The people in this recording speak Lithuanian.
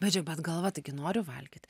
bet žiek bet galva taigi nori valgyt